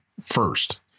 first